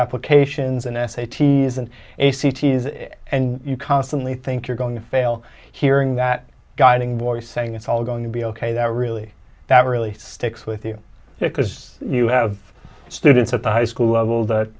applications and s a t s and a c t's and you constantly think you're going to fail hearing that guiding voice saying it's all going to be ok that really that really sticks with you because you have students at the high school level that